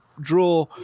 draw